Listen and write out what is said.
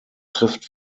trifft